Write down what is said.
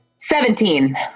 seventeen